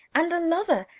and a lover,